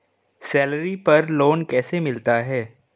Salary पर loan कैसे मिलता है?